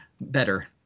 better